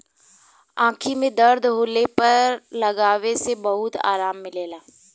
आंखी में दर्द होले पर लगावे से बहुते आराम मिलला